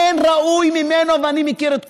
אין ראוי ממנו, ואני מכיר את כולם.